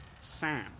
Sam